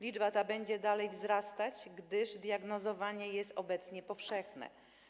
Liczba ta będzie dalej wzrastać, gdyż diagnozowanie jest obecnie powszechne.